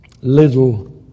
Little